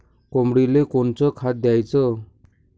कोंबडीले कोनच खाद्य द्याच?